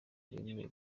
bemeye